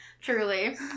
Truly